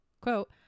quote